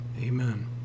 Amen